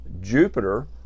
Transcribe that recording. Jupiter